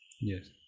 Yes